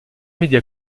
média